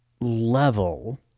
level